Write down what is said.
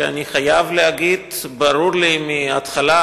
שאני חייב להגיד שברור לי מההתחלה,